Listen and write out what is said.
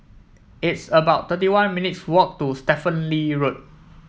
it's about thirty one minutes' walk to Stephen Lee Road